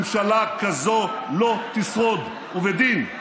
ממשלה כזו לא תשרוד, ובדין.